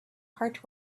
heart